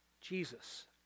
Jesus